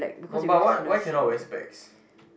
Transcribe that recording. no but why why cannot wear specs